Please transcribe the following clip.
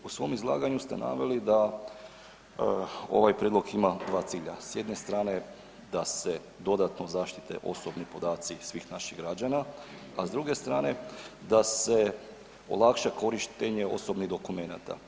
U svom izlaganju ste naveli da ovaj prijedlog ima dva cilja, s jedne strane da se dodatno zaštite osobini podaci svih naših građana, a s druge strane da se olakša korištenje osobnih dokumenata.